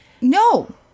no